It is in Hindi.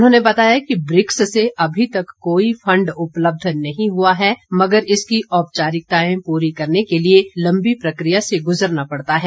उन्होंने बताया कि ब्रिक्स से अभी तक कोई फंड उपलब्ध नहीं हुआ है मगर इसकी औपचारिकताएं पूरी करने के लिए लंबी प्रकिया से गुजरना पड़ता है